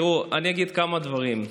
אני אגיד כמה דברים.